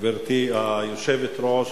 גברתי היושבת-ראש,